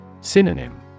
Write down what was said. Synonym